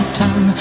town